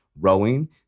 rowing